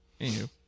Anywho